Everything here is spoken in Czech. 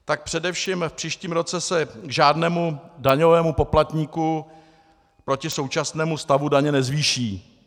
Tak především v příštím roce se žádnému daňovému poplatníku proti současnému stavu daně nezvýší.